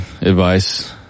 advice